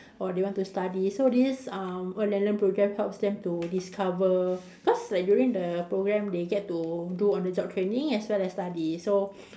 or they want to study so this um earn and learn program helps them to discover cause like during the program they get to do on the job training as well as study so